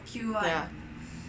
ya